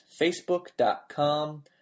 facebook.com